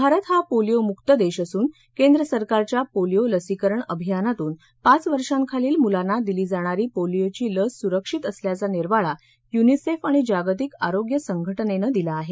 भारत हा पोलिओ मुक देश असून केंद्रसरकारच्या पोलिओ लसीकरण अभियानातून पाच वर्षांखालील मुलांना दिली जाणारी पोलिओची लस सुरक्षित असल्याचा निर्वाळा यूनिसेफ आणि जागतिक आरोग्य संघटनेनं दिला आहे